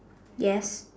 yes